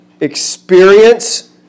experience